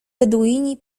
beduini